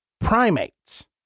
primates